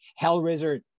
Hellraiser